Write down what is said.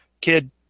kid